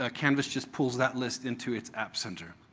ah canvas just pulls that list into its app center.